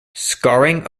scarring